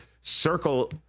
circle